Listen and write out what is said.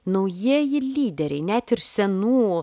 naujieji lyderiai net ir senų